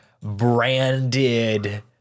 Branded